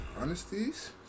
Honesties